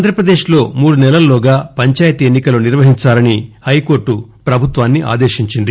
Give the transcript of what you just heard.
ఆంధ్రప్రదేశ్లో మూడు నెలల్లోగా పంచాయితీ ఎన్పి కలు నిర్వహించాలని హైకోర్లు ప్రభుత్వాన్ని ఆదేశించింది